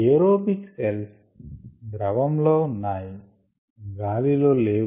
aerobic cells ద్రవం లో ఉన్నాయి గాలిలో లేవు